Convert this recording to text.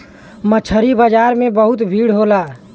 मछरी बाजार में बहुत भीड़ होला